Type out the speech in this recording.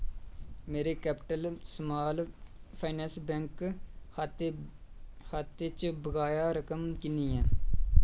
मेरे capital small finance bank खाते खातेे च बकाया रकम किन्नी ऐ